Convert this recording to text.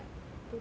two times